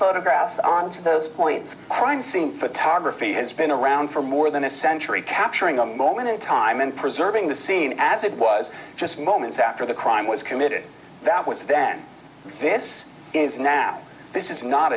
photographs are to those points a crime scene photography has been around for more than a century capturing a moment in time and preserving the scene as it was just moments after the crime was committed that was then this is a nap the it is not